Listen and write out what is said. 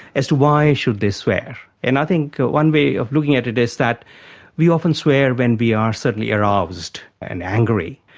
as to why should they swear. and i think one way of looking at it is that we often swear when we are certainly aroused and angry,